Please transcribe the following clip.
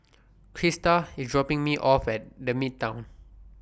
Crista IS dropping Me off At The Midtown